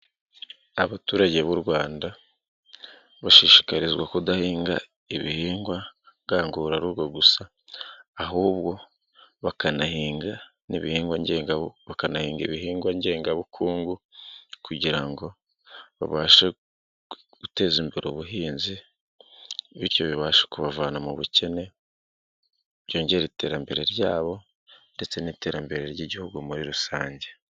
Abaturage b'u Rwanda bashishikarizwa kudahinga ibihingwa ngangurarugo gusa ahubwo bakanahinga ibihingwa ngengabukungu kugira ngo babashe guteza imbere ubuhinzi bityo bibashe kubavana mu bukene, byongera iterambere ryabo ndetse n'iterambere ry'igihugu muri rusange.